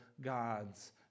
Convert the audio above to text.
God's